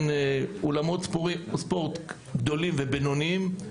אולמות ספורט גדולים ובינוניים,